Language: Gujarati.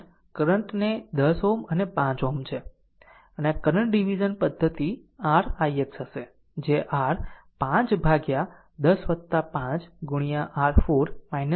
અને આ કરંટ કરંટ ને 10 Ω અને 5 Ω છે આમ કરંટ ડીવીઝન પદ્ધતિ r ix હશે જે r 5 ભાગ્યા 10 5 ગુણ્યા r 4 0